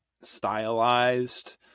stylized